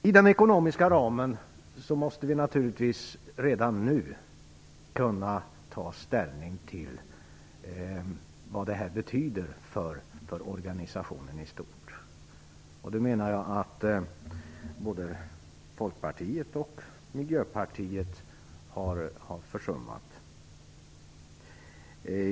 I den ekonomiska ramen måste vi naturligtvis redan nu kunna ta ställning till vad det här betyder för organisationen i stort. Jag menar att både Folkpartiet och Miljöpartiet har försummat det.